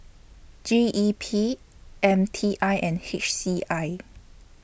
G E P M T I and H C I